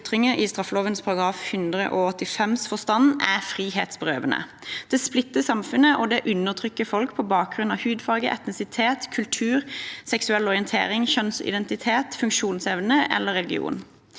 i straffeloven § 185s forstand er frihetsberøvende. Det splitter samfunnet, og det undertrykker folk på bakgrunn av hudfarge, etnisitet, kultur, seksuell orientering, kjønnsidentitet, funksjonsevne eller religion.